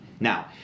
Now